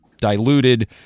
diluted